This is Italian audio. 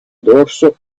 dorso